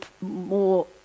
more